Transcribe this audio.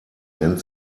nennt